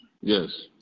Yes